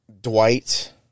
Dwight